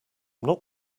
not